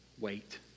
wait